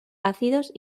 ácidos